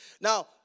Now